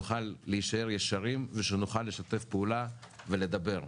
שנוכל להישאר ישרים, ושנוכל לשתף פעולה ולדבר.